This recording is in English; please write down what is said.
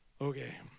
Okay